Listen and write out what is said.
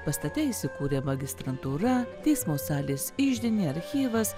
pastatai įsikūrė magistrantūra teismo salės iždinė archyvas